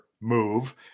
move